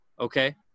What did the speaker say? Okay